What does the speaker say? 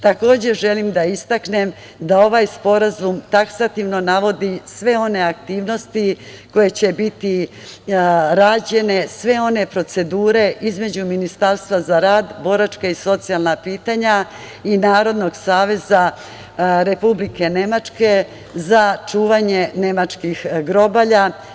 Takođe, želim da istaknem da ovaj sporazum taksativno navodi sve one aktivnosti koje će biti rađene, sve one procedure između Ministarstva za rad, boračka i socijalna pitanja i Narodnog saveza Republike Nemačke za čuvanje nemačkih grobalja.